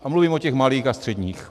A mluvím o těch malých a středních.